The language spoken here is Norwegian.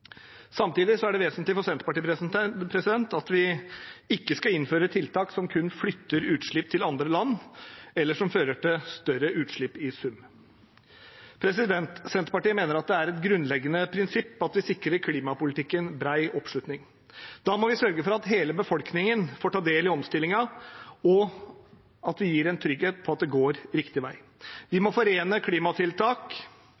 som kun flytter utslipp til andre land, eller som fører til større utslipp i sum. Senterpartiet mener at det er et grunnleggende prinsipp at vi sikrer klimapolitikken bred oppslutning. Da må vi sørge for at hele befolkningen får ta del i omstillingen, og at vi gir en trygghet for at det går riktig vei. Vi